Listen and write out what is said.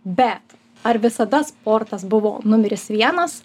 bet ar visada sportas buvo numeris vienas